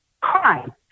crime